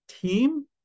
team